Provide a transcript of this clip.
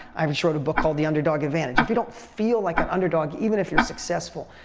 i um just wrote a book called the underdog advantage. if you don't feel like an underdog, even if you're successful,